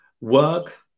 work